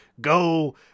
go